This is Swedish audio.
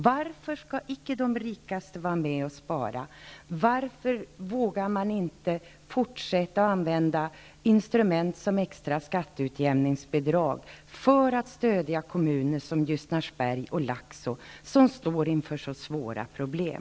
Varför skall icke de rikaste vara med och spara? Varför vågar man inte fortsätta använda instrument som extra skatteutjämningsbidrag för att stödja kommuner som Ljusnarsberg och Laxå, som står inför så svåra problem?